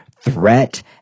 threat